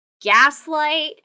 gaslight